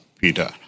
Peter